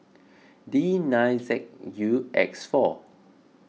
D nine Z U X four